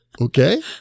Okay